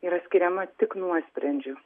yra skiriama tik nuosprendžiu